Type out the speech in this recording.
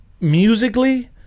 musically